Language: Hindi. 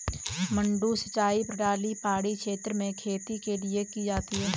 मडडू सिंचाई प्रणाली पहाड़ी क्षेत्र में खेती के लिए की जाती है